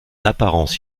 apparence